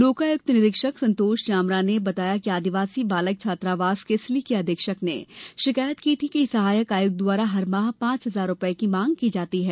लोकायुक्त निरीक्षक संतोष जामरा ने बताया कि आदिवासी बालक छात्रावास केसली के अधीक्षक ने शिकायत की थी कि सहायक आयुक्त द्वारा हर माह पांच हज़ार रुपये की मांग की जाती है